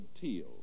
teal